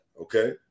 Okay